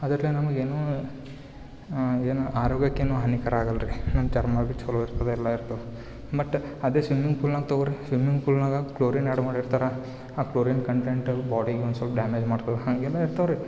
ಅದರ್ಲೆ ನಮಗ್ ಏನೊ ಏನು ಆರೋಗ್ಯಕ್ಕೇನು ಹಾನಿಕರ ಆಗೋಲ್ಲ ರೀ ನಮ್ಮ ಚರ್ಮ ಬಿ ಚಲೊ ಇರ್ತದೆ ಎಲ್ಲ ಇರ್ತದೆ ಬಟ್ ಅದೆ ಸ್ವಿಮ್ಮಿಂಗ್ ಪೂಲ್ನಾಗೆ ತಗೋರಿ ಸ್ವಿಮ್ಮಿಂಗ್ ಪೂಲ್ನಾಗ ಕ್ಲೋರಿನ್ ಆ್ಯಡ್ ಮಾಡಿರ್ತಾರೆ ಆ ಕ್ಲೋರಿನ್ ಕಂಟೆಂಟಲ್ಲಿ ಬಾಡಿಗೆ ಒಂದು ಸ್ವಲ್ಪ್ ಡ್ಯಾಮೇಜ್ ಮಾಡ್ತವೆ ಹಂಗೆಲ್ಲ ಇರ್ತವೆ ರೀ